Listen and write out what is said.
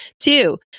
two